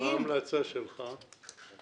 --- מה ההמלצה שלך בפולמוס הזה?